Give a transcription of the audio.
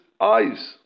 eyes